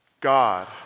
God